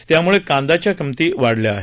यामुळं कांद्याच्या किमती वाढल्या आहेत